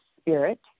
spirit